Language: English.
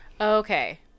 Okay